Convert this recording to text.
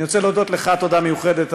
אני רוצה להודות לך תודה מיוחדת,